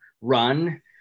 run